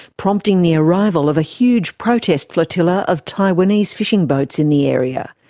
prompting the arrival of a huge protest flotilla of taiwanese fishing boats in the area.